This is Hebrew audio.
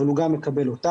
אבל הוא גם מקבל אותם.